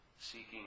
seeking